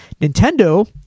Nintendo